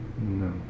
No